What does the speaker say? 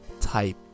type